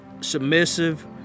submissive